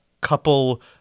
couple